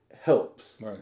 helps